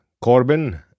Corbin